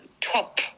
top